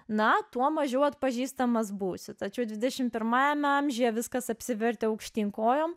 na tuo mažiau atpažįstamas būsi tačiau dvidešim pirmajame amžiuje viskas apsivertė aukštyn kojom